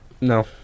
No